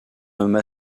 homme